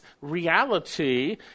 reality